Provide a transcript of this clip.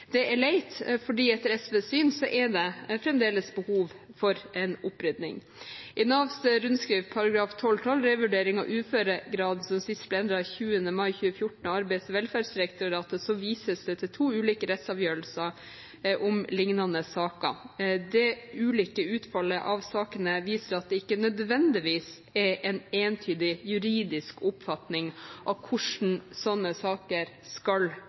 Det er leit, fordi etter SVs syn er det fremdeles behov for en opprydning. I Navs rundskriv til § 12-12 Revurdering av uføregraden, som sist ble endret 20. mai 2014 av Arbeids- og velferdsdirektoratet, vises det til to ulike rettsavgjørelser om lignende saker. Det ulike utfallet av sakene viser at det ikke nødvendigvis er en entydig juridisk oppfatning av hvordan slike saker skal